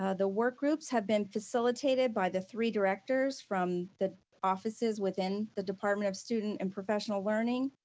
ah the work groups have been facilitated by the three directors from the offices within the department of student and professional learning.